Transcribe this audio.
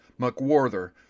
mcwarther